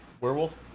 werewolf